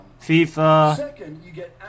FIFA